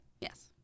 yes